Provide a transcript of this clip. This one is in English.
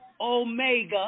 Omega